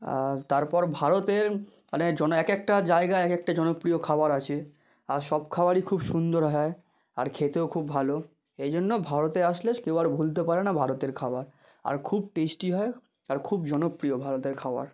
আর তারপর ভারতের মানে জন এক একটা জায়গায় এক একটা জনপ্রিয় খাবার আছে আর সব খাবারই খুব সুন্দর হয় আর খেতেও খুব ভালো এই জন্য ভারতে আসলে কেউ আর ভুলতে পারে না ভারতের খাবার আর খুব টেস্টি হয় আর খুব জনপ্রিয় ভারতের খাবার